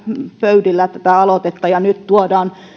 pöydillä tätä aloitetta ja nyt tuodaan